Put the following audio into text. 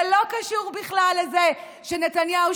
זה לא קשור בכלל לזה שנתניהו,